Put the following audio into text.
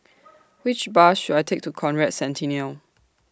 Which Bus should I Take to Conrad Centennial